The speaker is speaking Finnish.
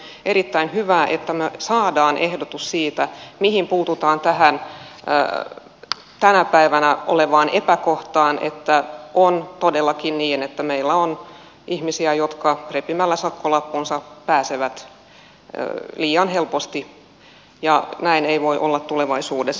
mielestäni on erittäin hyvä että me saamme ehdotuksen siitä miten puututaan siihen tänä päivänä olemassa olevaan epäkohtaan että on todellakin niin että meillä on ihmisiä jotka repimällä sakkolappunsa pääsevät liian helposti ja näin ei voi olla tulevaisuudessa